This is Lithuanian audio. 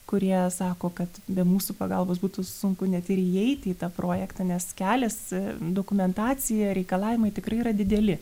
kurie sako kad be mūsų pagalbos būtų sunku net ir įeiti į tą projektą nes kelias dokumentacija reikalavimai tikrai yra dideli